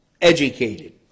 educated